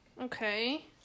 Okay